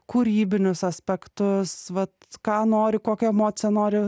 kūrybinius aspektus vat ką nori kokią emociją nori